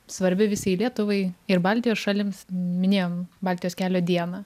svarbi visai lietuvai ir baltijos šalims minėjom baltijos kelio dieną